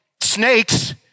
snakes